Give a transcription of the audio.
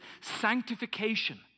sanctification